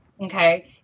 Okay